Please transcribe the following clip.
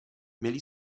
měli